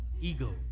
ego